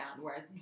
whereas